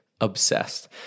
Obsessed